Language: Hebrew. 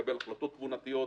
לקבל החלטות תבוניות,